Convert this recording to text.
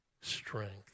strength